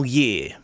year